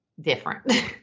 different